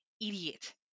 idiot